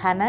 खाना